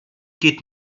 geht